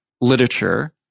literature